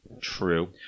True